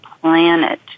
planet